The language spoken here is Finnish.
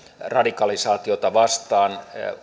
radikalisaa tiota vastaan